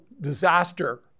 disaster